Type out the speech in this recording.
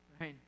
right